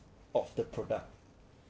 of the product